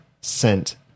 sent